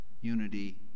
unity